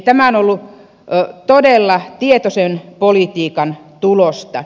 tämä on ollut todella tietoisen politiikan tulosta